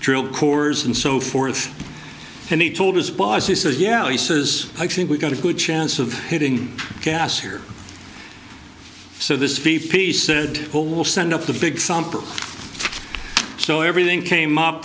drill cores and so forth and he told his boss he said yeah he says i think we've got a good chance of hitting gas here so this p p said well we'll send up the big thumper so everything came up